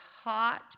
hot